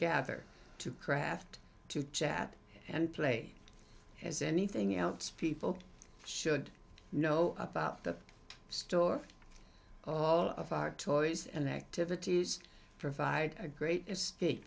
gather to craft to chat and play as anything else people should know about that store all of our toys and activities provide a great escape